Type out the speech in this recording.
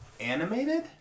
animated